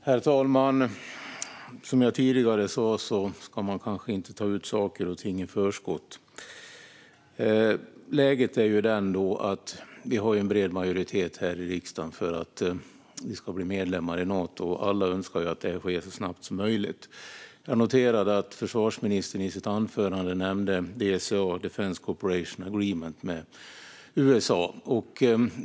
Herr talman! Som jag tidigare sa ska man kanske inte ta ut saker och ting i förskott. Läget är det att vi har en bred majoritet här i riksdagen för att Sverige ska bli medlem i Nato. Alla önskar att det sker så snabbt som möjligt. Jag noterade att försvarsministern i sitt anförande nämnde DCA, Defense Cooperation Agreement, som är ett avtal med USA.